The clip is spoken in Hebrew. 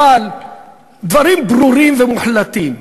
אבל דברים ברורים ומוחלטים,